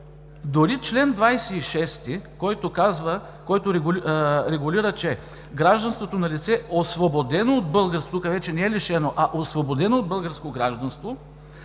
Дори чл. 26, който регулира, че „гражданството на лице, освободено от българско“ – тук вече не е „лишено“, а „освободено от българско гражданство“,